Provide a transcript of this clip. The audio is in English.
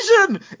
vision